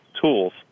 tools